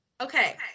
okay